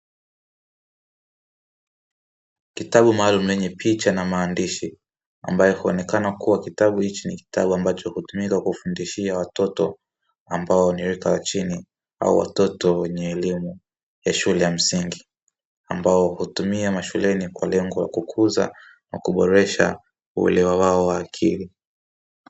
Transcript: Kitabu maalumu chenye picha na maandishi, ambayo kuonekana kuwa kitabu hicho ni kitabu ambacho hutumika kufundishia watoto, ambao ni rika la chini au watoto wenye elimu ya shule ya msingi, ambao hutumia mashuleni kwa lengo la kukuza na kuboresha uolewa wao wa akili.